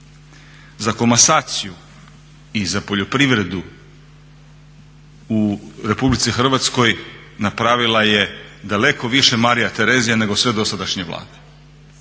Za komasaciju i za poljoprivredu u RH napravila je daleko više Marija Terezija nego sve dosadašnje Vlade,